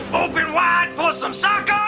open wide for some soccer!